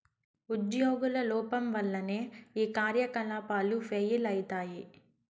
ఉజ్యోగుల లోపం వల్లనే ఈ కార్యకలాపాలు ఫెయిల్ అయితయి